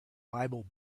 bible